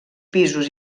pisos